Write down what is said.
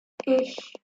hey